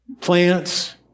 plants